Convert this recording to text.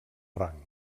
rang